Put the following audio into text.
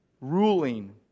ruling